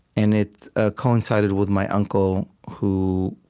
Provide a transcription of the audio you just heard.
and it ah coincided with my uncle who,